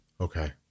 Okay